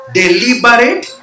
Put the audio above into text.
deliberate